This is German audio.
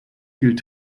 gilt